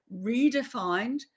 redefined